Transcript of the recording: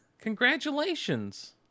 Congratulations